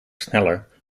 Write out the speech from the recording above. sneller